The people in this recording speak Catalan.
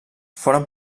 foren